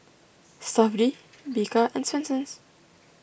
Stuff'd Bika and Swensens